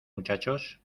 muchachos